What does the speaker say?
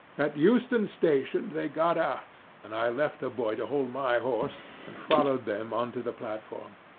at euston station they got out, and i left a boy to hold my horse, and followed them on to the platform.